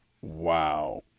Wow